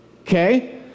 Okay